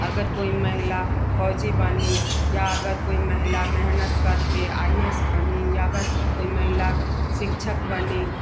अगर कोई महिला फौजी बनी या अगर कोई महिला मेहनत करके आई ए एस बनी अगर कोई महिला शिक्षक बनी